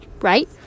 right